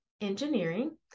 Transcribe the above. engineering